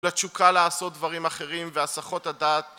לתשוקה לעשות דברים אחרים והסחות הדעת